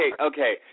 okay